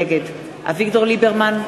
נגד אביגדור ליברמן,